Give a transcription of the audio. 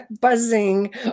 buzzing